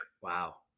Wow